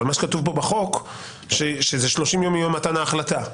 אבל כתוב פה בחוק שזה 30 יום מיום מתן ההחלטה.